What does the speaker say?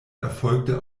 erfolgte